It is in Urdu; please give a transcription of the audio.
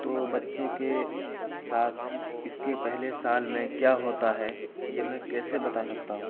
تو بچے کے ساتھ اس کے پہلے سال میں کیا ہوتا ہے یہ میں کیسے بتا سکتا ہوں